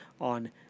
on